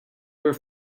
were